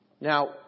Now